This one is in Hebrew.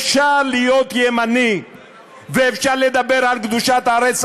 אפשר להיות ימני ואפשר לדבר על קדושת הארץ,